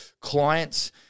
clients